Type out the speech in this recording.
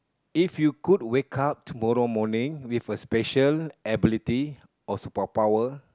if you could wake up tomorrow morning with a special ability or super power